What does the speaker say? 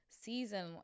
season